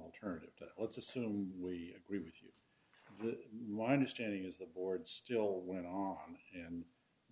alternative to let's assume we agree with you why understanding is the board still went on and